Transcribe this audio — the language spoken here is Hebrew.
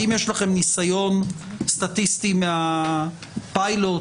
האם יש לכם ניסיון סטטיסטי מהפיילוט?